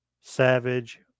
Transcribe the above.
Savage